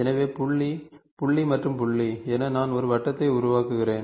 எனவே புள்ளி புள்ளி மற்றும் புள்ளி என நான் ஒரு வட்டத்தை உருவாக்குகிறேன்